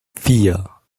vier